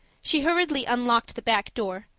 she hurriedly unlocked the back door,